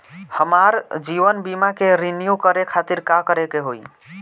हमार जीवन बीमा के रिन्यू करे खातिर का करे के होई?